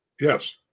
Yes